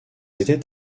étaient